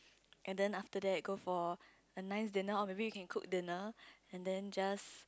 and then after that go for a nice dinner or maybe we can cook dinner and then just